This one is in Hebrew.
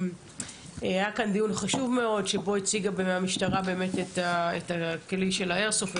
היה כאן דיון חשוב שבו הציגה המשטרה את הכלי של האיירסופט,